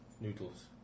noodles